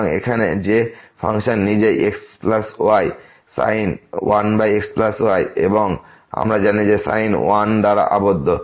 সুতরাং এখানে যে ফাংশন নিজেই xysin 1xy এবং আমরা জানি যে sin 1 দ্বারা আবদ্ধ